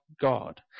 God